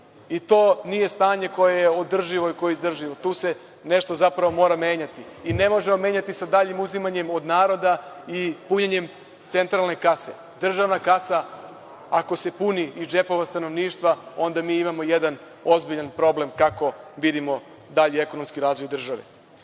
To nije stanje koje je održivo i koje je izdrživo, tu se nešto mora menjati. Ne možemo menjati sa daljim uzimanjem od naroda i punjenjem centralne kase. Državna kasa ako se puni iz džepova stanovništva onda mi imamo jedan ozbiljan problem kako vidimo dalji ekonomski razvoj države. Četvrti